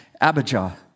Abijah